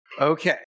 Okay